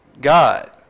God